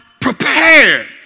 prepared